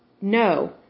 no